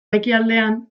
ekialdean